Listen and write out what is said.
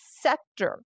sector